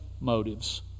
motives